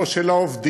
לא של העובדים,